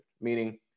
Meaning